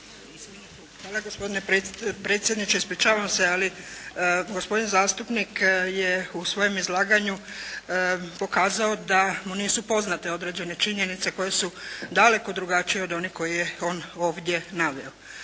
Hvala gospodine predsjedniče. Ispričavam se ali gospodin zastupnik je u svojem izlaganju pokazao da mu nisu poznate određene činjenice koje su daleko drugačije od onih koje je on ovdje naveo.